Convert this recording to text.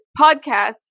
podcasts